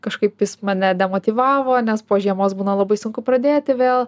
kažkaip vis mane demotyvavo nes po žiemos būna labai sunku pradėti vėl